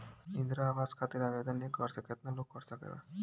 इंद्रा आवास खातिर आवेदन एक घर से केतना लोग कर सकेला?